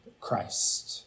Christ